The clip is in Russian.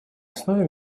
основе